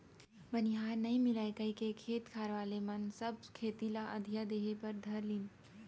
बनिहार नइ मिलय कइके खेत खार वाले मन सब खेती ल अधिया देहे बर धर लिन